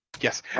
Yes